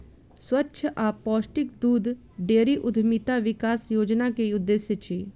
स्वच्छ आ पौष्टिक दूध डेयरी उद्यमिता विकास योजना के उद्देश्य अछि